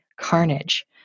carnage